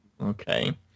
Okay